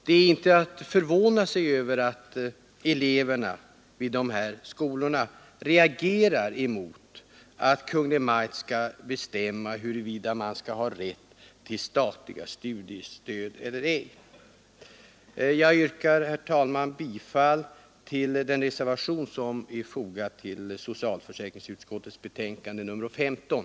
Det är inte att förvåna sig över att eleverna vid dessa skolor reagerar mot att Kungl. Maj:t skall bestämma huruvida man skall ha rätt till statligt studiestöd eller ej. Jag yrkar, herr talman, bifall till den reservation som är fogad till socialförsäkringsutskottets betänkande nr 15.